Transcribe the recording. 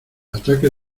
ataques